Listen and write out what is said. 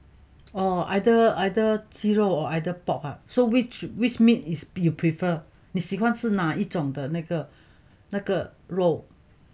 oh either either 鸡肉 either pork ah so which which meat is you prefer 你喜欢吃那一种的那个那个肉